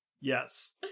Yes